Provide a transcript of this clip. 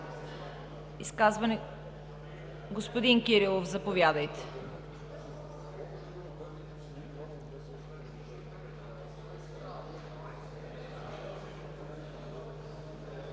Изказване? Господин Кирилов, заповядайте.